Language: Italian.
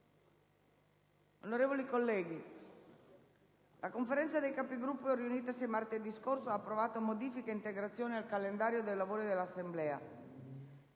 Onorevoli colleghi, la Conferenza dei Capigruppo, riunitasi martedì scorso, ha approvato modifiche e integrazioni al calendario dei lavori dell'Assemblea.